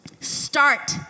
Start